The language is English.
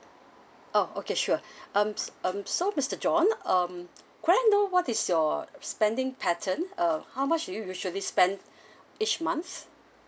oh okay sure um so mister john um could I know what is your spending pattern uh how much will you usually spend each month